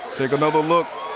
take another look.